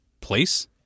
place